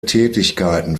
tätigkeiten